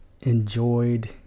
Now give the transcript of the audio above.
enjoyed